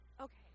Okay